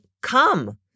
come